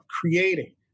creating